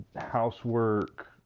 housework